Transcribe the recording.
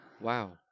Wow